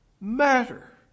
matter